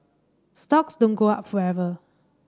stocks don't go up forever